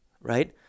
right